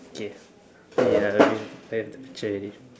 K uh ya we have the picture already